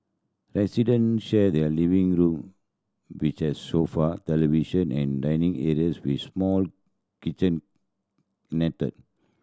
resident share their living room which has sofa television and dining areas with small kitchenette